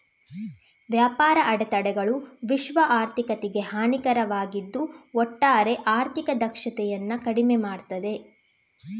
ವ್ಯಾಪಾರ ಅಡೆತಡೆಗಳು ವಿಶ್ವ ಆರ್ಥಿಕತೆಗೆ ಹಾನಿಕಾರಕವಾಗಿದ್ದು ಒಟ್ಟಾರೆ ಆರ್ಥಿಕ ದಕ್ಷತೆಯನ್ನ ಕಡಿಮೆ ಮಾಡ್ತದೆ